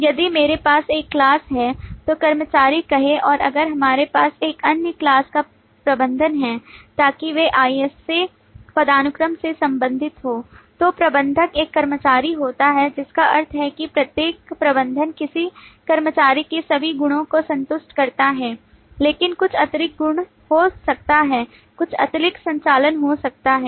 यदि मेरे पास एक class है तो कर्मचारी कहें और अगर हमारे पास एक अन्य class का प्रबंधक है ताकि वे IS A पदानुक्रम से संबंधित हों तो प्रबंधक एक कर्मचारी होता है जिसका अर्थ है कि प्रत्येक प्रबंधक किसी कर्मचारी के सभी गुणों को संतुष्ट करता है लेकिन कुछ अतिरिक्त गुण हो सकता है कुछ अतिरिक्त संचालन हो सकता है